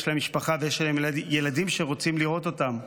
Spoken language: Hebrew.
יש להם משפחה ויש להם ילדים שרוצים לראות אותם,